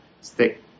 stick